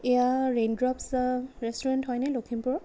এয়া rain drops restaurant হয়নে লখিমপুৰৰ